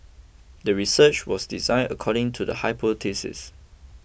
the research was designed according to the hypothesis